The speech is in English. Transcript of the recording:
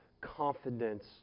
confidence